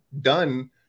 done